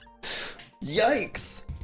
Yikes